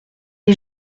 est